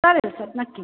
चालेल सर नक्कीच